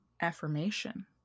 affirmation